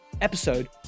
episode